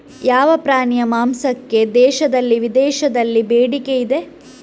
ಯಾವ ಪ್ರಾಣಿಯ ಮಾಂಸಕ್ಕೆ ದೇಶದಲ್ಲಿ ವಿದೇಶದಲ್ಲಿ ಬೇಡಿಕೆ ಇದೆ?